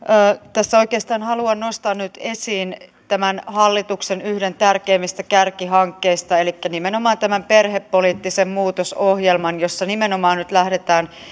tässä oikeastaan haluan nostaa nyt esiin tämän yhden hallituksen tärkeimmistä kärkihankkeista elikkä nimenomaan tämän perhepoliittisen muutosohjelman jossa nimenomaan nyt lähdetään